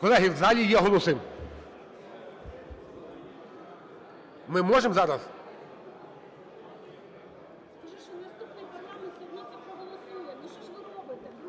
Колеги, в залі є голоси, ми можемо зараз...